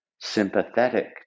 sympathetic